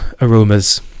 aromas